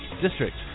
district